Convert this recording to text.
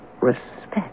respect